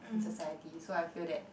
is society so I feel that